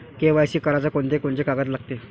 KYC कराच कोनचे कोनचे कागद लागते?